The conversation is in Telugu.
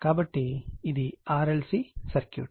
కాబట్టి ఇది RLC సర్క్యూట్